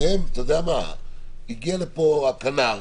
הגיע לפה הכנ"ר